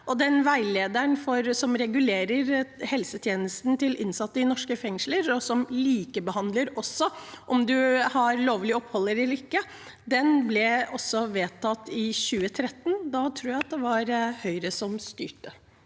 Den veilederen som regulerer helsetjenestene til innsatte i norske fengsler, og som likebehandler, enten du har lovlig opphold eller ikke, ble vedtatt i 2013. Da tror jeg det var Høyre som styrte.